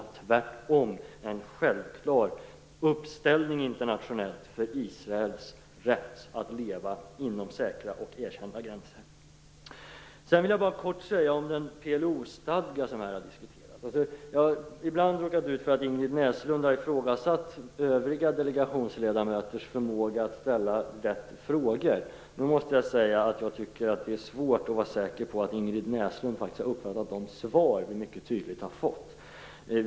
Det är tvärtom fråga om en självklar uppställning internationellt för Israels rätt att leva inom säkra och erkända gränser. Sedan vill jag bara kort säga något om den PLO stadga som här har diskuterats. Ibland har jag råkat ut för att Ingrid Näslund har ifrågasatt övriga delegationsledamöters förmåga att ställa rätt frågor. Nu måste jag säga att jag tycker att det är svårt att vara säker på att Ingrid Näslund har uppfattat de svar som vi mycket tydligt har fått.